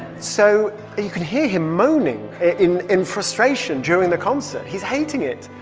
so you can hear him moaning in in frustration during the concert. he's hating it.